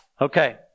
Okay